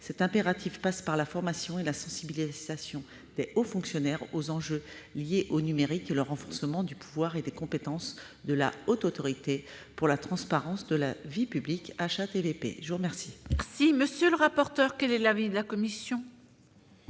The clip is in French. Cet impératif passe par la formation et la sensibilisation des hauts fonctionnaires aux enjeux liés au numérique et par le renforcement du pouvoir et des compétences de la Haute Autorité pour la transparence de la vie publique. Quel est l'avis de la commission ?